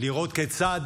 לראות כיצד